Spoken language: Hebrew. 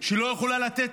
שלא יכולה לתת